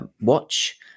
watch